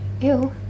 Ew